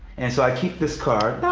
and so i keep this card.